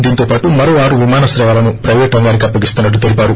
దీంతో పాటు మరో ఆరు విమానాశ్రయాలను పైవేటు రంగానికి అప్పగిస్తున్నట్లు తెలిపారు